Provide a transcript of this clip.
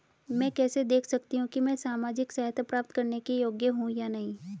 मैं कैसे देख सकती हूँ कि मैं सामाजिक सहायता प्राप्त करने के योग्य हूँ या नहीं?